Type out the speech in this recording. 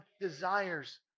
desires